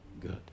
good